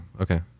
okay